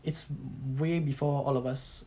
it's way before all of us